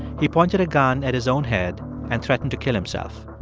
he pointed a gun at his own head and threatened to kill himself.